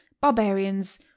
barbarians